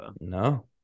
no